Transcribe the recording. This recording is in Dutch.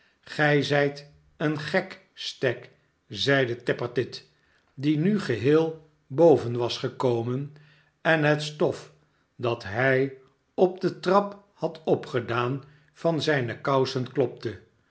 gij zijt een gek stagg zeide tappertit die nu geheel boven was gekomen en het stof dat hij op de trap had opgedaan van zijne kousen klopte